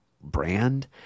brand